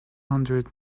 hundred